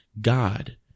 God